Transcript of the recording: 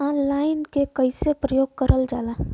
Online के कइसे प्रयोग कइल जाला?